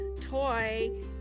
toy